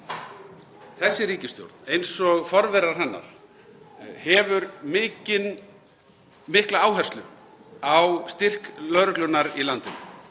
Þessi ríkisstjórn, eins og forverar hennar, leggur mikla áherslu á styrk lögreglunnar í landinu.